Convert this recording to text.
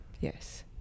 Yes